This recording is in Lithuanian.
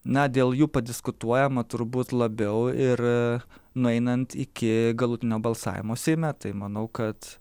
na dėl jų padiskutuojama turbūt labiau ir nueinant iki galutinio balsavimo seime tai manau kad